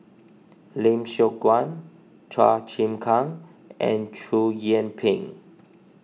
Lim Siong Guan Chua Chim Kang and Chow Yian Ping